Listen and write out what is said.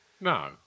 No